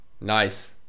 Nice